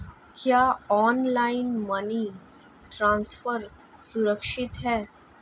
क्या online money transfer सुरक्षित है?